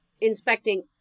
inspecting